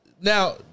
now